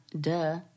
duh